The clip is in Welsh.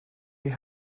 eich